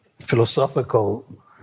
philosophical